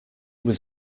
was